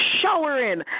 showering